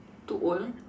too old